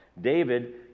David